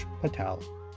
Patel